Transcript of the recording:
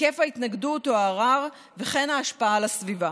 היקף ההתנגדות או הערר וכן ההשפעה על הסביבה.